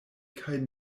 kaj